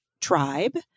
tribe